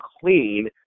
clean